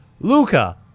Luca